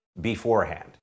beforehand